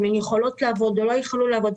אם הן יכולות לעבוד או לא יכולות לעבוד,